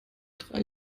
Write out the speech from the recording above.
drei